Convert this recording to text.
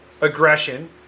aggression